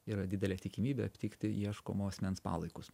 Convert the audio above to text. yra didelė tikimybė aptikti ieškomo asmens palaikus